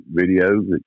videos